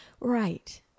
Right